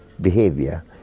behavior